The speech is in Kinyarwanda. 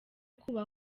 kubaha